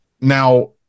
now